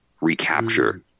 recapture